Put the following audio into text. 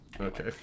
Okay